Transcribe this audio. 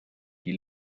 die